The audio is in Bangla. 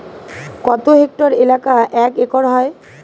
কত হেক্টর এলাকা এক একর হয়?